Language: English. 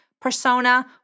persona